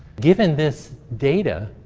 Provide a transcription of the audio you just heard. given this data,